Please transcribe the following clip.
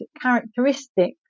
characteristics